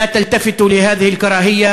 אל תיתנו דעתכם לשנאה הזאת.